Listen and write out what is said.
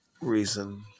reason